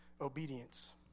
obedience